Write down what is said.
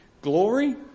glory